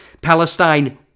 Palestine